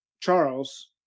Charles